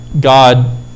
God